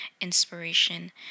inspiration